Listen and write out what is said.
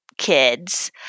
kids